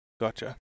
Gotcha